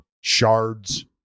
shards